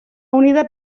unida